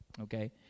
Okay